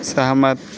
सहमत